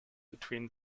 between